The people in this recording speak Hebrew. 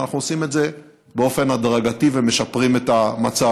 אבל אנחנו עושים את זה באופן הדרגתי ומשפרים את המצב.